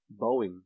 Boeing